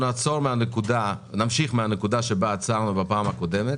נמשיך מן הנקודה שבה עצרנו בישיבה הקודמת.